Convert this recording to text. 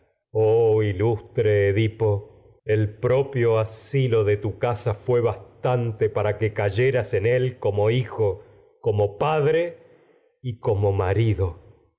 que el propio en de tu casa como bastante cayeras él hijo padre y como marido